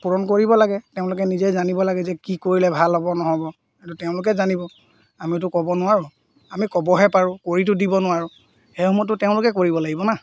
পূৰণ কৰিব লাগে তেওঁলোকে নিজে জানিব লাগে যে কি কৰিলে ভাল হ'ব নহ'ব সেইটো তেওঁলোকে জানিব আমিতো ক'ব নোৱাৰোঁ আমি ক'বহে পাৰোঁ কৰিতো দিব নোৱাৰোঁ সেইসমূহতো তেওঁলোকে কৰিব লাগিব না